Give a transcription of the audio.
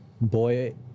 Boy